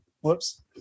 Whoops